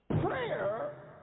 Prayer